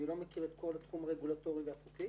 אני לא מכיר את כל התחום הרגולטורי והחוקי